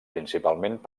principalment